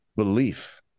Belief